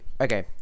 okay